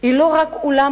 היא לא רק עולם